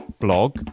blog